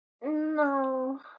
No